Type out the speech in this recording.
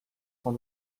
sans